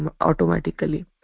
automatically